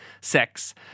sex